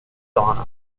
donna